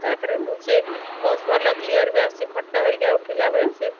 ତା'ପରେ ମୁଁ ସେ ବହୁତ ଭଲ କ୍ଲିଅର୍ ବି ଆସିଛି ଫଟୋ ହେରିକା ଉଠିଲା ବେଳେ ସେ